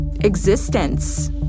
existence